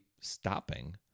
stopping